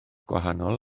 gwahanol